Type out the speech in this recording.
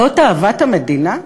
זאת אהבת המדינה,